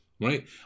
right